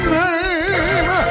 name